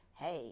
hey